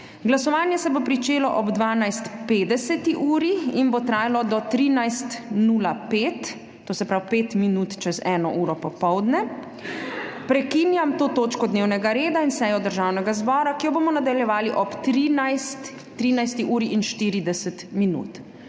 Glasovanje se bo začelo ob 12.50. in bo trajalo do 13.05, to se pravi pet minut čez eno uro popoldne. Prekinjam to točko dnevnega reda in sejo Državnega zbora, ki jo bomo nadaljevali ob 13.40.